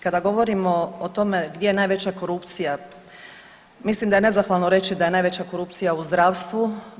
Kada govorimo o tome gdje je najveća korupcija, mislim da je nezahvalno reći da je najveća korupcija u zdravstvu.